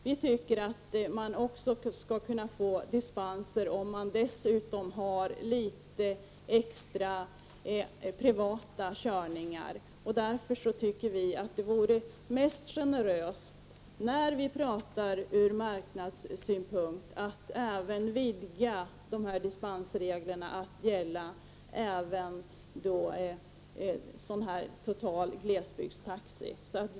Vi anser att det också skall kunna ges dispens om man dessutom har litet extra privata körningar. Därför tycker vi att det vore mest generöst, sett ur marknadssynpunkt, att vidga dispensreglerna till att gälla glesbygdstaxi över huvud taget.